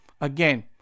again